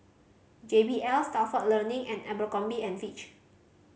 J B L Stalford Learning and Abercrombie and Fitch